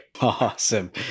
Awesome